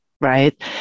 right